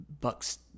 bucks